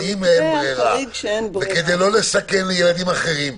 אבל אם אין ברירה וכדי לא לסכן ילדים אחרים,